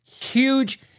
huge